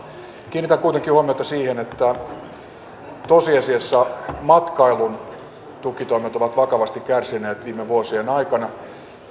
kyllä kannatettava kiinnitän kuitenkin huomiota siihen että tosiasiassa matkailun tukitoimet ovat vakavasti kärsineet viime vuosien aikana